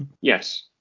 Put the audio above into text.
yes